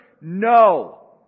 No